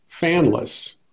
fanless